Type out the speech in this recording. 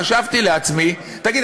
חשבתי לעצמי: תגיד,